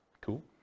Cool